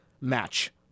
match